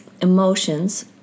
emotions